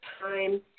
time